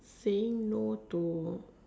saying no to